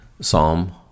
Psalm